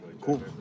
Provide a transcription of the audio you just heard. Cool